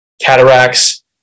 cataracts